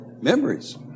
Memories